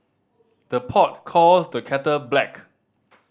the pot calls the kettle black